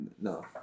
no